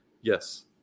Yes